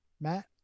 Matt